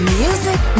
music